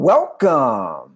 Welcome